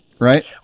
right